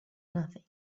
nothing